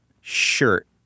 shirt